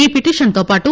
ఈ పిటిషన్ తో పాటు